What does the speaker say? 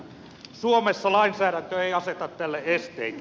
suomessa lainsäädäntö ei aseta tälle esteitä